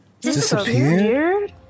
Disappeared